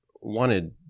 wanted